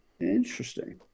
interesting